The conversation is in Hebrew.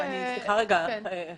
חבר הכנסת חנין,